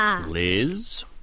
Liz